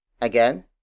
Again